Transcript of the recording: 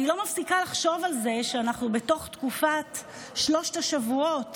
אני לא מפסיקה לחשוב על זה שאנחנו בתוך תקופת שלושת השבועות